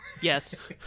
Yes